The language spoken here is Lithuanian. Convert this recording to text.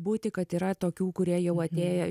būti kad yra tokių kurie jau atėję